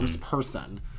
person